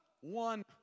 one